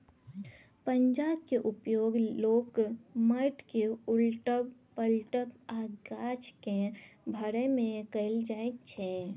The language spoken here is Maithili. पंजाक उपयोग लोक माटि केँ उलटब, पलटब आ गाछ केँ भरय मे कयल जाइ छै